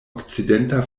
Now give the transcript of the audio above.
okcidenta